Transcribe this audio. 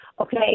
Okay